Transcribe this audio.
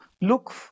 look